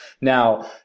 Now